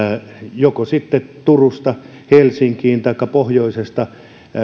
joko sitten turusta helsinkiin taikka pohjoisesta